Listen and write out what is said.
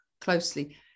closely